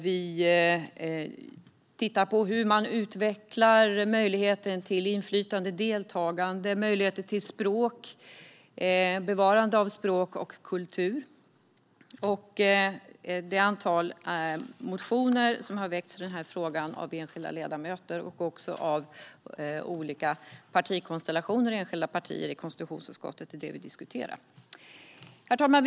Vi tittar på hur man ska utveckla möjligheter till inflytande och deltagande, möjligheter till språk samt bevarande av språk och kultur. Det som vi diskuterar är ett antal motioner som har väckts till konstitutionsutskottet av enskilda ledamöter, olika partikonstellationer och enskilda partier. Herr talman!